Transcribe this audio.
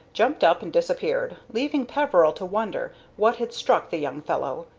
jumped up and disappeared, leaving peveril to wonder what had struck the young fellow,